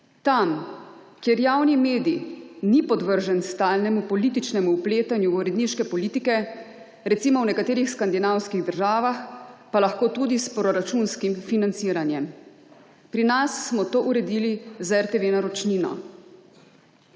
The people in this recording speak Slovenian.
Tam, kjer javni medij ni podvržen stalnemu političnemu vpletanju v uredniške politike, recimo v nekaterih skandinavskih državah, pa lahko tudi s proračunskim financiranjem. Pri nas smo to uredili z RTV naročnino.